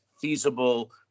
feasible